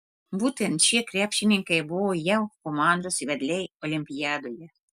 būtent šie krepšininkai buvo jav komandos vedliai olimpiadoje